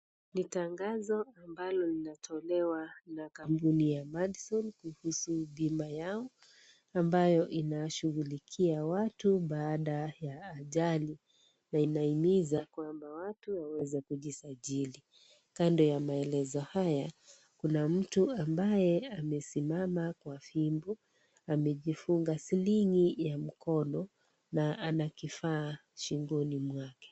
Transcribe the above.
Ni tangazo ambalo linatolewa na kampuni ya Madison kuhusu bima yao, ambayo inashughulikia watu baada ya ajali na anahimiza kwamba watu waweze kujisajili. Kando ya maelezo haya, Kuna mtu ambaye amesimama kwa fimbo, amejifunga sling'i ya mkono na ana kifaa shingoni mwake.